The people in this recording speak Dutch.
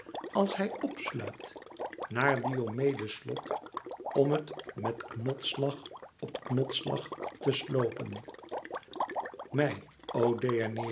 als hij p sluipt naar diomedes slot om het met knotsslag op knotsslag te slopen mij